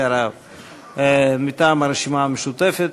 מטעם הרשימה המשותפת,